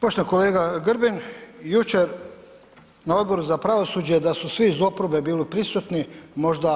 Poštovani kolega Grbin, jučer na Odboru za pravosuđe da su svi iz oporbe bili prisutni možda